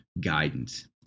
guidance